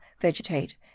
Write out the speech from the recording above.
vegetate